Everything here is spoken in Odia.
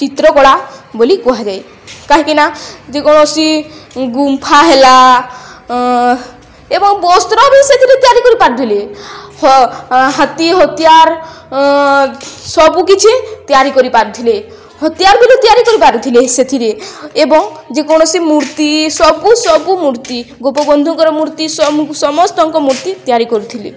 ଚିତ୍ରକଳା ବୋଲି କୁହାଯାଏ କାହିଁକି ନା ଯେକୌଣସି ଗୁମ୍ଫା ହେଲା ଏବଂ ବସ୍ତ୍ର ସେଥିରେ ତିଆରି କରିପାରୁଥିଲେ ହଁ ହାତୀ ହତିଆର ସବୁକିଛି ତିଆରି କରିପାରୁଥିଲେ ହତିଆର ବି ତିଆରି କରିପାରୁଥିଲେ ସେଥିରେ ଏବଂ ଯେକୌଣସି ମୂର୍ତ୍ତି ସବୁ ସବୁ ମୂର୍ତ୍ତି ଗୋପବନ୍ଧୁଙ୍କର ମୂର୍ତ୍ତି ସମସ୍ତଙ୍କ ମୂର୍ତ୍ତି ତିଆରି କରୁଥିଲେ